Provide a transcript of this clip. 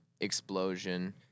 explosion